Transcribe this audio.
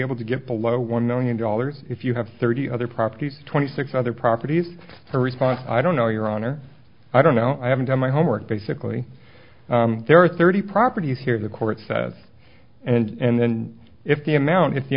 able to get below one million dollars if you have thirty other properties twenty six other properties her response i don't know your honor i don't know i haven't done my homework basically there are thirty properties here the court says and then if the amount if the